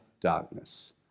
darkness